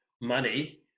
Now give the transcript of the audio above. money